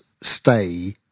Stay